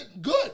Good